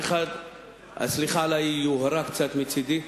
סליחה על היוהרה קצת מצדי,